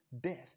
Death